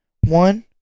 One